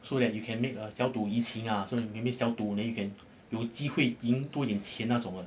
so that you can make a 小赌怡情啊 so that maybe 小赌 then you can 有机会赢多一点钱那种的